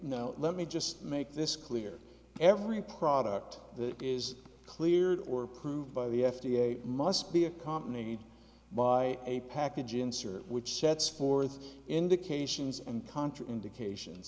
know let me just make this clear every product is cleared or approved by the f d a must be accompanied by a package insert which sets forth indications and contra indications